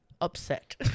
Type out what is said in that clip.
upset